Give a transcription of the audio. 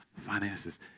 finances